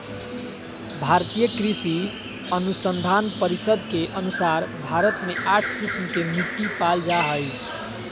भारतीय कृषि अनुसंधान परिसद के अनुसार भारत मे आठ किस्म के मिट्टी पाल जा हइ